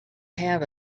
have